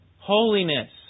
Holiness